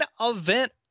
event